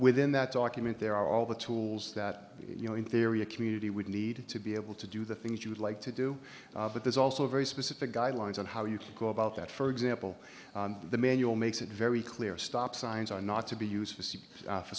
within that document there are all the tools that you know in theory a community would need to be able to do the things you would like to do but there's also very specific guidelines on how you can go about that for example the manual makes it very clear stop signs are not to be used